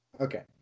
Okay